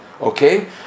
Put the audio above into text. Okay